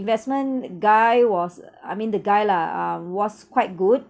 investment guy was I mean the guy lah uh was quite good